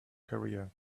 career